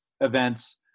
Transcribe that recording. events